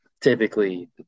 typically